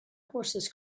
horses